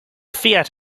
fiat